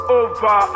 over